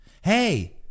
Hey